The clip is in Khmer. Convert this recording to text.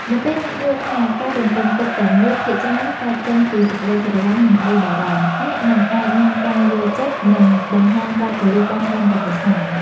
នៅពេលអ្នកយល់ថាការរំពឹងទុកទាំងនោះភាគច្រើនកើតចេញពី សេចក្ដីស្រឡាញ់ និងក្ដីបារម្ភ អ្នកនឹងអាចមានការយល់ចិត្ត និងបង្ហាញការគោរពបានកាន់តែប្រសើរ។